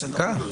בסדר.